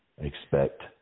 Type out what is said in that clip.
expect